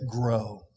grow